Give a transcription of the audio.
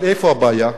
אבל איפה הבעיה?